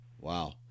wow